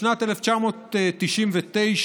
בשנת 1999,